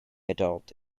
adult